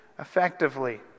effectively